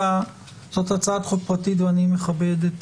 זאת הצעת חוק פרטית ואני מכבד את